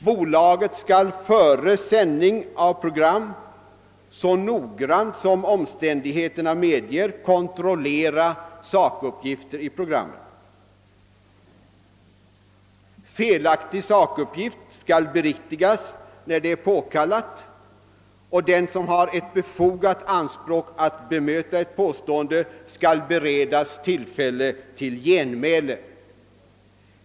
Bolaget skall före sändning av program så noggrant som omständigheterna medger kontrollera sakuppgifter i programmen. Felaktig sakuppgift skall beriktigas när det är påkallat, och den som har ett befogat anspråk att bemöta ett påstående skall beredas tillfälle till genmäle.